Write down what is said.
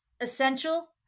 essential